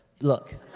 look